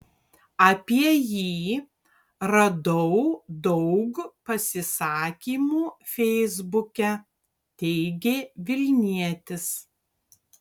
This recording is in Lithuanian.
apie jį radau daug pasisakymų feisbuke teigė vilnietis